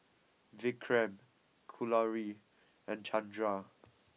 Vikram Kalluri and Chandra